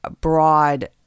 broad